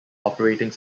operating